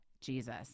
Jesus